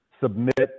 submit